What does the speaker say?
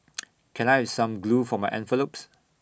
can I some glue for my envelopes